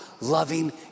loving